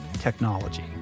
technology